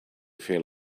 feel